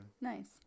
nice